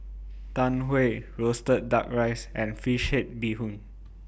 Tau Huay Roasted Duck Rice and Fish Head Bee Hoon